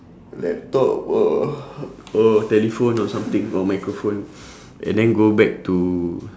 laptop or or telephone or something or microphone and then go back to